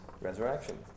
resurrection